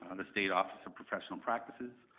ah the state office of professional practices.